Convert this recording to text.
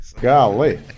golly